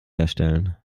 herstellen